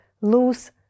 lose